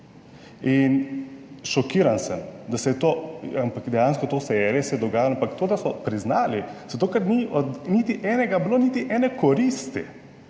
šokiran sem, da se je to, ampak dejansko to se je, res se je dogajalo, ampak to, da so priznali, zato ker ni od niti enega bilo niti ene koristi,